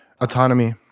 autonomy